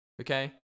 okay